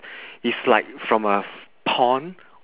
is like from a pond